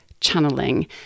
channeling